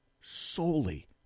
solely